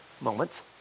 moments